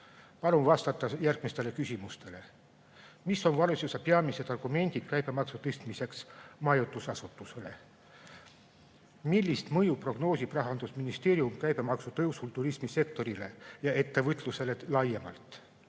Palun vastata järgmistele küsimustele. Mis on valitsuse peamised argumendid käibemaksu tõstmiseks majutusasutustele? Millist mõju prognoosib Rahandusministeerium käibemaksu tõusul turismisektorile ja ettevõtlusele laiemalt?